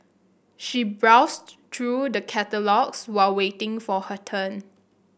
she browsed through the catalogues while waiting for her turn